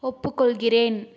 ஒப்புக்கொள்கிறேன்